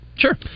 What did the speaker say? Sure